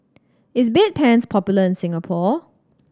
is Bedpans popular in Singapore